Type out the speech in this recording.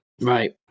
Right